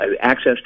access